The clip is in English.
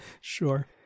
Sure